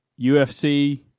UFC